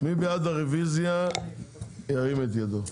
מי בעד הרוויזיה ירים את ידו?